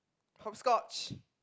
horoscope